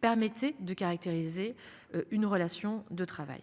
permettez de caractériser une relation de travail.